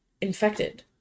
infected